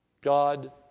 God